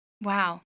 Wow